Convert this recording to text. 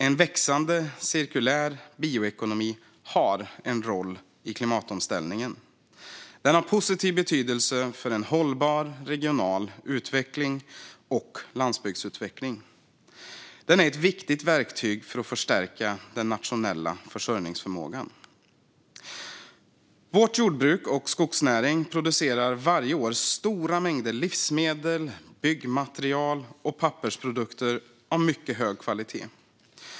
En växande cirkulär bioekonomi har en roll i klimatomställningen. Den har positiv betydelse för en hållbar regional utveckling och landsbygdsutveckling, och den är ett viktigt verktyg för att förstärka den nationella försörjningsförmågan. Vårt jordbruk och vår skogsnäring producerar varje år stora mängder livsmedel, byggmaterial och pappersprodukter av mycket hög kvalitet.